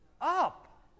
Up